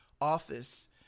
office